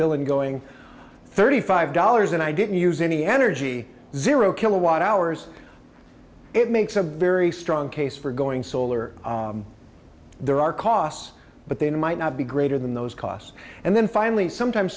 and going thirty five dollars and i didn't use any energy zero kilowatt hours it makes a very strong case for going solar there are costs but they might not be greater than those costs and then finally some time